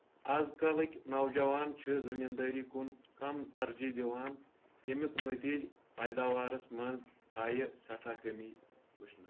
آز کلٕکۍ نوجوان چھِ زٔمیٖندٲری کُن کَم ترجی دِوان ییٚمیُک نٔتیٖجہ پیداوارس منٛز آیہِ سؠٹھاہ کٔمی وٕچھنہٕ